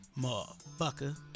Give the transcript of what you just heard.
motherfucker